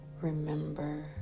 Remember